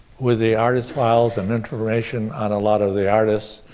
with the artist files and information on a lot of the artists,